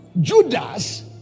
Judas